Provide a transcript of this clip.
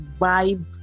vibe